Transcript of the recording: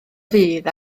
fudd